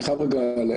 ברור,